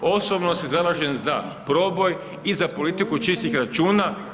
Osobno se zalažem za proboj i za politiku čistih računa.